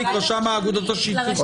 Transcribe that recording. פסיק רשם האגודות השיתופיות.